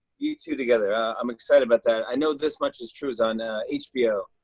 you two together ah i'm excited about that. i know this much is true is on hbo. oh,